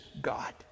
God